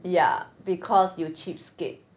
ya because you cheapskate